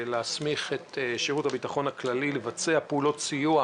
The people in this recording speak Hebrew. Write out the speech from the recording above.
להסמיך את שירות הביטחון הכללי לבצע פעולות סיוע,